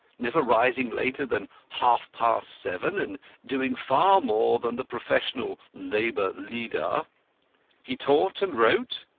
never rising later than half-past seven, and doing far more than the professional labour leader he taught, and wrote,